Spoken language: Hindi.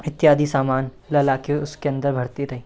इत्यादि सामान ला लाकर उसके अन्दर भरती रही